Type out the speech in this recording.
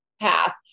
path